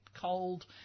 cold